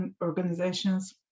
organizations